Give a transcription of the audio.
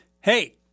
Hey